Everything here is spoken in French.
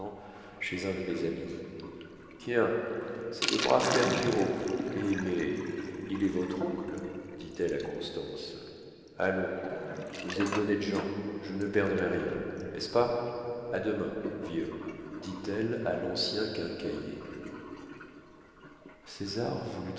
chez un de mes amis quien c'est le brave père pillerault eh mais il est votre oncle dit-elle à constance allons vous êtes d'honnêtes gens je ne perdrai rien est-ce pas a demain vieux dit-elle à l'ancien quincaillier césar